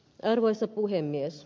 arvoisa puhemies